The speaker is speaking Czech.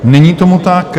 Není tomu tak.